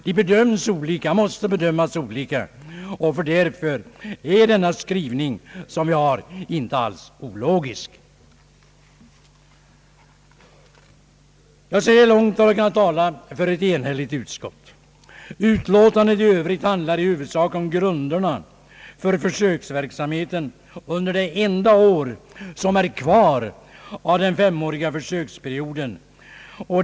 De måste sålunda bedömas olika, och därför är utskottets skrivning inte alls ologisk. Jag säger lugnt att jag kan tala för ett enhälligt utskott. Utlåtandet i övrigt handlar i huvudsak om grunderna för försöksverksamheten under det enda år som är kvar av den femåriga försöksperioden.